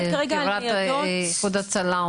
זה חבירה של איחוד הצלה?